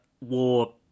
war